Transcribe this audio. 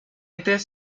était